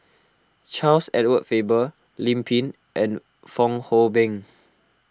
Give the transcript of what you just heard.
Charles Edward Faber Lim Pin and Fong Hoe Beng